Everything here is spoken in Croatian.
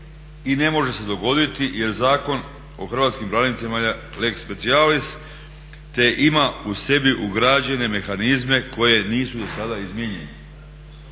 i ne može se dogoditi jer Zakon o hrvatskim braniteljima je lex speciallis, te ima u sebi ugrađene mehanizme koji nisu do sada izmijenjeni.